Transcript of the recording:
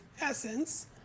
essence